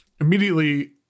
immediately